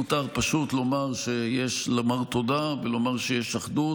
לפעמים מותר פשוט לומר תודה ולומר שיש אחדות,